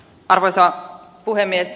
arvoisa puhemies